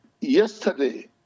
Yesterday